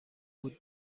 بود